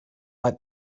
like